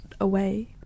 away